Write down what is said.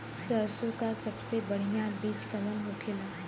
सरसों का सबसे बढ़ियां बीज कवन होखेला?